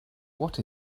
what